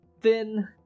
thin